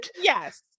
Yes